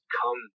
come